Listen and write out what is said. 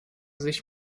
sich